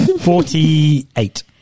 Forty-eight